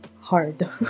hard